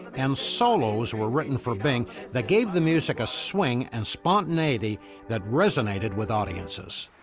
and solos were written for bing that gave the music a swing and spontaneity that resonated with audiences.